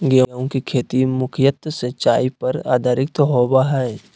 गेहूँ के खेती मुख्यत सिंचाई पर आधारित होबा हइ